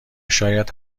شاید